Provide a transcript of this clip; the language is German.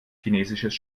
chinesisches